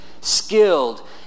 skilled